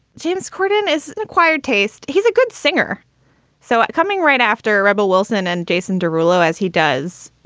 james corden is an acquired taste. he's a good singer so coming right after rebel wilson and jason derulo, as he does,